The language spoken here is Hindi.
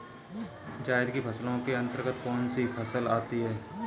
जायद की फसलों के अंतर्गत कौन कौन सी फसलें आती हैं?